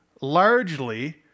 largely